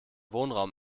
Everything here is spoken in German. wohnraum